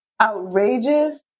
Outrageous